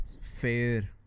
fair